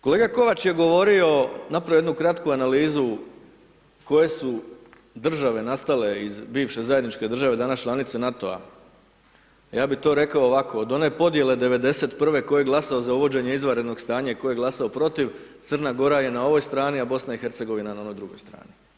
Kolega Kovač je govorio, napravio je jednu kratku analizu koje su države nastala iz bivše zajedničke države, danas članice NATO-a ja bi to rekao ovako, od one podjele '91. tko je glasao za uvođenje izvanrednog stanja i tko je glasao protiv Crna Gora je na ovoj strani, a BIH na onoj drugoj strani.